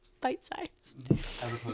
Bite-sized